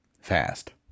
Fast